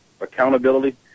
accountability